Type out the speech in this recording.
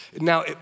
Now